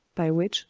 by which,